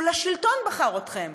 הוא לשלטון בחר אתכם,